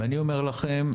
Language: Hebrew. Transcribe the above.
אני אומר לכם,